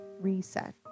reset